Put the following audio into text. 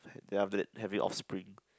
then after that having offspring